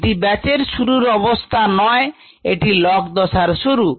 এটি ব্যাচের শুরুর অবস্থা নয় এটি log দশার শুরু